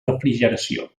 refrigeració